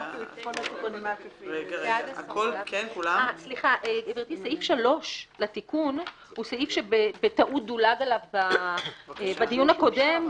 41. סעיף 3 לתיקון הוא סעיף שבטעות דולג עליו בדיון הקודם,